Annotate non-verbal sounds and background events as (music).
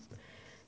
(breath)